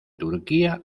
turquía